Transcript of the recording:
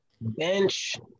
Bench